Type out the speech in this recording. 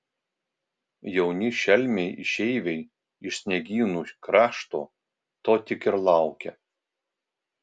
jauni šelmiai išeiviai iš sniegynų krašto to tik ir laukia